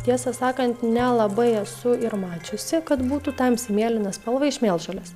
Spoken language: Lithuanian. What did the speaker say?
tiesą sakant nelabai esu ir mačiusi kad būtų tamsiai mėlyna spalva iš mėlžolės